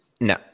No